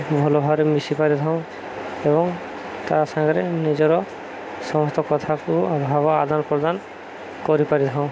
ଭଲ ଭାବରେ ମିଶି ପାରିଥାଉଁ ଏବଂ ତା' ସାଙ୍ଗରେ ନିଜର ସମସ୍ତ କଥାକୁ ଭାବ ଆଦାନ ପ୍ରଦାନ କରିପାରିଥାଉଁ